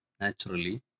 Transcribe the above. naturally